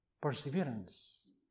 perseverance